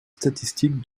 statistiques